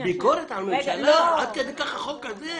ביקורת על הממשלה, עד כדי החוק הזה?